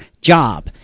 job